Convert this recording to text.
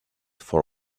for